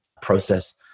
process